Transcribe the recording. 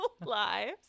lives